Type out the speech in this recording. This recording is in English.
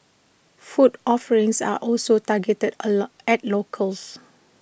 food offerings are also targeted A lot at locals